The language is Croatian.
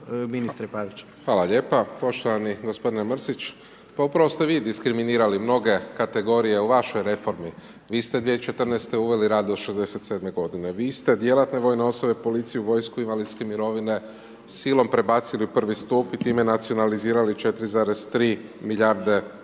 Hvala lijepa. Poštovani gospodine Mrsić, pa upravo ste vi diskriminirali mnoge kategorije u vašoj reformi, vi ste 2014. uveli rad do 67 godine, vi ste djelatne vojne osobe, policiju, vojsku, invalidske mirovine silom prebacili u prvi stup i time nacionalizirali 4,3 milijarde kuna.